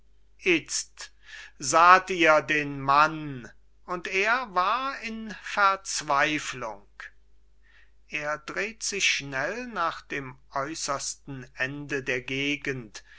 itzt saht ihr den mann und er war in verzweiflung er dreht sich schnell nach dem äussersten ende der gegend